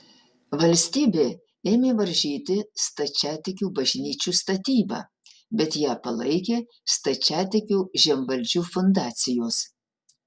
valstybė ėmė varžyti stačiatikių bažnyčių statybą bet ją palaikė stačiatikių žemvaldžių fundacijos